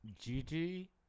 Gigi